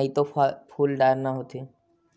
नइते फूल डारना होथे